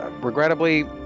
regrettably